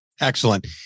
Excellent